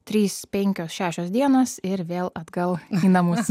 trys penkios šešios dienos ir vėl atgal į namus